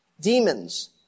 Demons